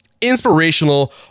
inspirational